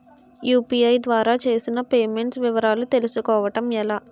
UPI ద్వారా చేసిన payments వివరాలు తెలుసుకోవటం ఎలా?